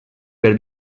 per